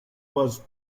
was